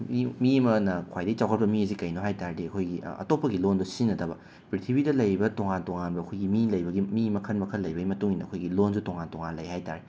ꯃꯤ ꯃꯤ ꯑꯃꯅ ꯈ꯭ꯋꯥꯏꯗꯒꯤ ꯆꯥꯎꯈꯠꯄ ꯃꯤ ꯑꯁꯤ ꯀꯩꯅꯣ ꯍꯥꯏꯕ ꯇꯥꯔꯗꯤ ꯑꯩꯈꯣꯏꯒꯤ ꯑꯇꯣꯞꯄꯒꯤ ꯂꯣꯟꯗꯣ ꯁꯤꯖꯤꯟꯅꯗꯕ ꯄ꯭ꯔꯤꯊꯤꯕꯤꯗ ꯂꯩꯔꯤꯕ ꯇꯣꯉꯥꯟ ꯇꯣꯉꯥꯟꯕ ꯑꯩꯈꯣꯏꯒꯤ ꯃꯤ ꯂꯩꯕꯒꯤ ꯃꯤ ꯃꯈꯜ ꯃꯈꯜ ꯂꯩꯕꯒꯤ ꯃꯇꯨꯡ ꯏꯟꯅ ꯑꯩꯈꯣꯏꯒꯤ ꯂꯣꯟꯁꯨ ꯇꯣꯉꯥꯟ ꯇꯣꯉꯥꯟ ꯂꯩ ꯍꯥꯏꯇꯥꯔꯦ